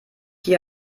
hier